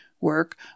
work